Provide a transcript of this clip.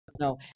No